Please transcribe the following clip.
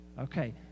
Okay